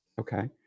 Okay